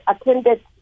attended